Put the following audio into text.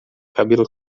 cabelo